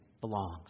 belongs